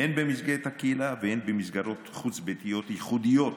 הן במסגרת הקהילה והן במסגרות חוץ-ביתיות ייחודיות